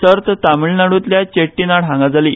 सर्त तामीळनाड्रूंतल्या चेट्टिनाड हांगा जाली